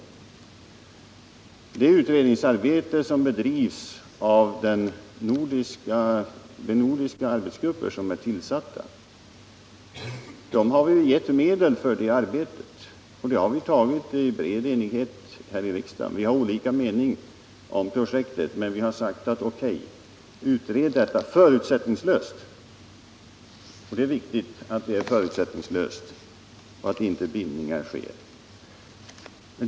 Vi har gett medel till det utredningsarbete som bedrivs i de nordiska arbetsgrupper som är tillsatta, och det har vi gjort i bred enighet här i riksdagen. Från socialdemokratiskt håll har vi en annan mening om projektet, men vi har sagt: O.K., utred detta förutsättningslöst! Det är viktigt att det görs förutsättningslöst och att inga bindningar sker.